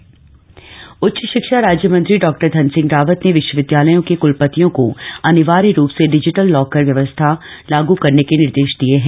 धन सिंह रावत उच्च शिक्षा राज्य मंत्री डॉ धन सिंह रावत ने विश्वविदयालयों के कुलपतियों को अनिवार्य रुप से डिजिटल लॉकर व्यवस्था लागू करने के निर्देश दिए हैं